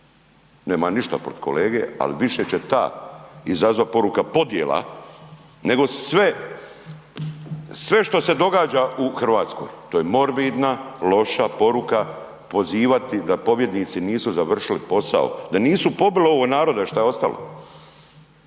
ja ništa protiv kolege, ali više će ta izazvat poruka podjela, nego sve, sve što se događa u Hrvatskoj. To je morbidna, loša poruka, pozivati da pobjednici nisu završili posao, da nisu pobili ovo naroda šta je ostalo.